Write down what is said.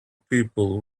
people